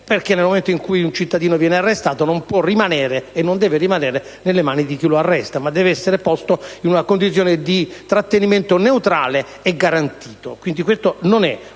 perché nel momento in cui un cittadino viene arrestato non può e non deve rimanere nelle mani di chi lo arresta, ma deve essere posto in una condizione di trattenimento neutrale e garantito. Quindi, questo non è un